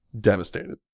devastated